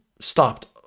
stopped